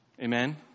Amen